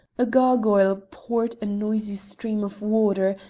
a gargoyle poured a noisy stream of water,